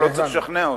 אתה לא צריך לשכנע אותי.